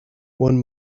one